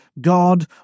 God